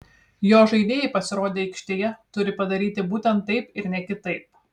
jo žaidėjai pasirodę aikštėje turi padaryti būtent taip ir ne kitaip